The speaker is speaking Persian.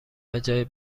بجای